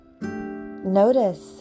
notice